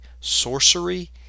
sorcery